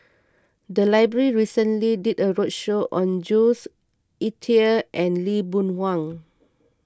the library recently did a roadshow on Jules Itier and Lee Boon Wang